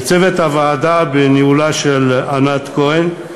לצוות הוועדה בניהולה של ענת כהן,